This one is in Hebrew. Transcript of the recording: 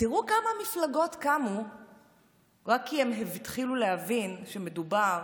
תראו כמה מפלגות קמו רק כי הן התחילו להבין שמדובר